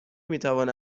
میتوان